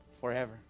forever